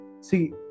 see